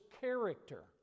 character